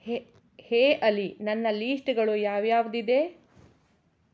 ಹೆ ಹೇ ಅಲಿ ನನ್ನ ಲಿಸ್ಟ್ಗಳು ಯಾವ್ಯಾವುದಿದೆ